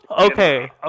Okay